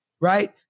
right